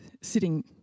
sitting